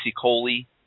Coley